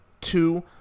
two